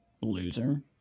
loser